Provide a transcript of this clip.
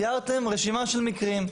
תיארתם רשימה של מקרים,